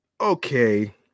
Okay